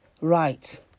Right